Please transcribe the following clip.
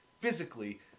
physically